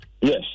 yes